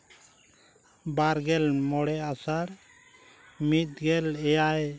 ᱵᱟᱨᱜᱮᱞ ᱢᱚᱬᱮ ᱟᱥᱟᱲ ᱢᱤᱫᱜᱮᱞ ᱮᱭᱟᱭ